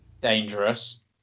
Dangerous